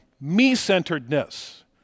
me-centeredness